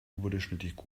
überdurchschnittlich